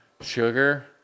sugar